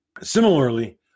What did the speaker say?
Similarly